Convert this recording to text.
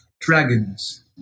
dragons